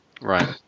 Right